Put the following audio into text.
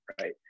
right